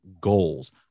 goals